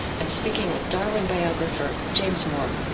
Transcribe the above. i'm speaking with darwin biographer james moore